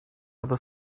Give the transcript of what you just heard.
other